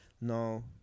No